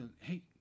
hey